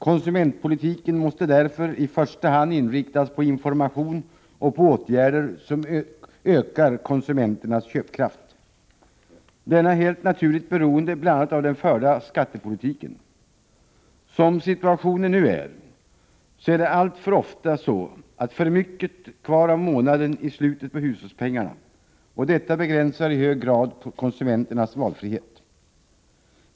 Konsumentpolitiken måste därför i första hand inriktas på information och på åtgärder som ökar konsumenternas köpkraft. Denna är helt naturligt beroende av bl.a. den förda skattepolitiken. Som situationen nu är, är det alltför ofta för mycket kvar av månaden i slutet av hushållspengarna, och detta begränsar i hög grad konsumenternas valfrihet.